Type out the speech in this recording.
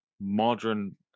modern